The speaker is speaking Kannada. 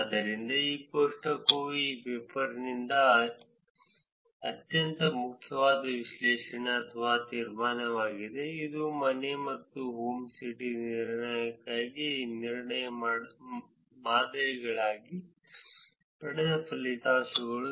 ಆದ್ದರಿಂದ ಈ ಕೋಷ್ಟಕವು ಈ ಪೇಪರ್ನಿಂದ ಅತ್ಯಂತ ಪ್ರಮುಖವಾದ ವಿಶ್ಲೇಷಣೆ ಅಥವಾ ತೀರ್ಮಾನವಾಗಿದೆ ಇದು ಮನೆ ಮತ್ತು ಹೋಮ್ ಸಿಟಿ ನಿರ್ಣಯಕ್ಕಾಗಿ ನಿರ್ಣಯ ಮಾದರಿಗಳಿಗಾಗಿ ಪಡೆದ ಫಲಿತಾಂಶಗಳ ಸಾರಾಂಶವಾಗಿದೆ